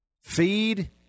feed